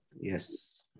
Yes